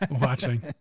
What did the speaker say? watching